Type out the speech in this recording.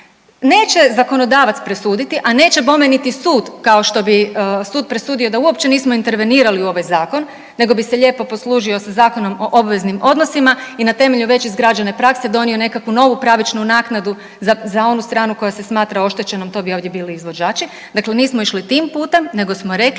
neće zakonodavac a neće bome niti sud kao što bi sud presudio da uopće nismo intervenirali u ovaj zakon, nego bi se lijepo poslužio Zakonom o obveznim odnosima i na temelju već izgrađene prakse, donio nekakvu novu pravičnu naknadu za onu stranu koja se smatra oštećenom, to bi ovdje bili izvođači. Dakle, nismo išli tim putem nego smo rekli